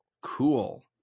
cool